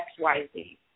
XYZ